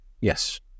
Yes